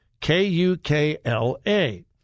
K-U-K-L-A